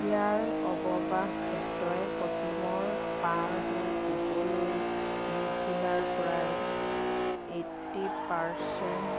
ইয়াৰ অৱবাহ ক্ষেত্ৰই পশ্চিমৰ পাৰ হৈ পূবলৈ বিড জিলাৰ প্ৰায় এইটি পাৰ্চেণ্ট